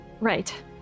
Right